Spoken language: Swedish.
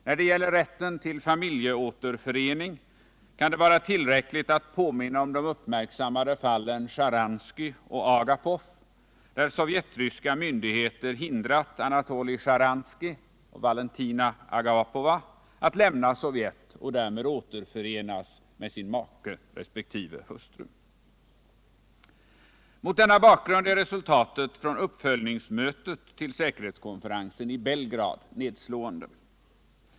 När det gäller rätten till familjeåterförening kan det vara tillräckligt att påminna om de uppmärksammade fallen Sharansky och Agapov, där sovjetryska myndigheter hindrat Anatoly Sharansky och Valentina Agapova att lämna Sovjet och därmed återförenas med sin hustru resp. make. Mot denna bakgrund är resultatet från uppföljningsmötet till säkerhetskonferensen i Belgrad nedslående.